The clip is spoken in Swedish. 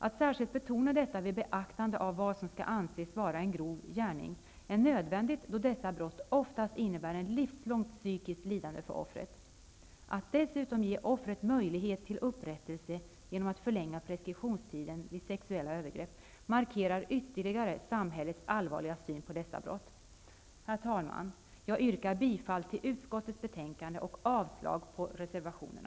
Att särskilt betona detta vid beaktandet av vad som skall anses vara en grov gärning är nödvändigt, då dessa brott oftast innebär ett livslångt psykiskt lidande för offret. Att dessutom ge offret möjlighet till upprättelse genom att förlänga preskriptionstiden vid sexuella övergrepp markerar ytterligare samhällets allvarliga syn på dessa brott. Herr talman! Jag yrkar bifall till utskottets hemställan och avslag på reservationerna.